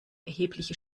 erhebliche